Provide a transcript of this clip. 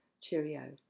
cheerio